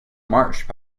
marsh